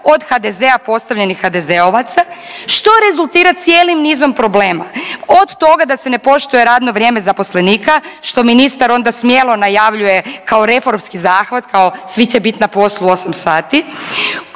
od HDZ-a postavljenih HDZ-ovaca što rezultira cijelim nizom problema od toga da se ne poštuje radno vrijeme zaposlenika što ministar onda smjelo najavljuje kao reformski zahvat kao svi će bit na poslu osam sati